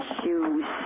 shoes